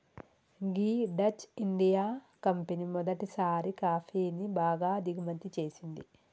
గీ Dutch India company మొదటిసారి కాఫీని బాగా దిగుమతి చేసింది